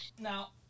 Now